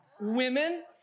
Women